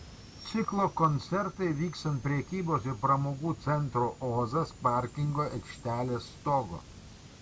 ciklo koncertai vyks ant prekybos ir pramogų centro ozas parkingo aikštelės stogo